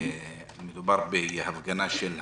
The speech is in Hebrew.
מדובר בהפגנה של האומנים,